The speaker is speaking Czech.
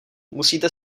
musíte